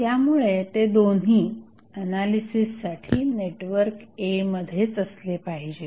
त्यामुळे ते दोन्ही एनालिसिससाठी नेटवर्क A मध्येच असले पाहिजेत